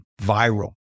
viral